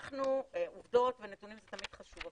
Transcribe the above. עובדות ונתונים זה תמיד חשוב,